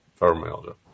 fibromyalgia